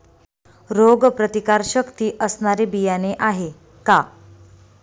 रोगप्रतिकारशक्ती असणारी बियाणे आहे का?